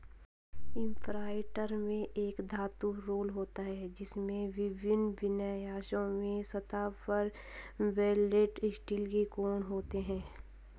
imprinter में एक धातु रोलर होता है, जिसमें विभिन्न विन्यासों में सतह पर वेल्डेड स्टील के कोण होते हैं